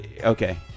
okay